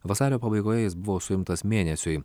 vasario pabaigoje jis buvo suimtas mėnesiui